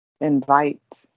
invite